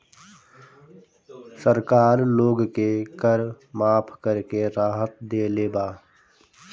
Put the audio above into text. सरकार लोग के कर माफ़ करके राहत देले बा